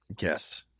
Yes